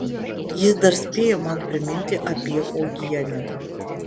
jis dar spėjo man priminti apie uogienę